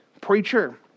preacher